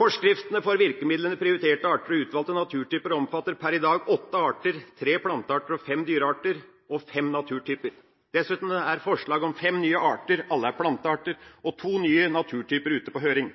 Forskriftene for virkemidlene «prioriterte arter» og «utvalgte naturtyper» omfatter per i dag åtte arter, tre plantearter og fem dyrearter, og fem naturtyper. Dessuten er forslag om fem nye arter, alle er plantearter, og to nye naturtyper ute på høring.